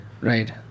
Right